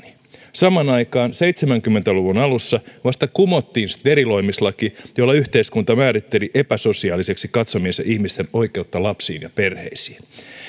samaan aikaan seitsemänkymmentä luvun alussa vasta kumottiin steriloimislaki jolla yhteiskunta määritteli epäsosiaalisiksi katsomiensa ihmisten oikeutta lapsiin ja perheisiin